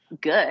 good